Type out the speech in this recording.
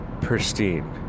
pristine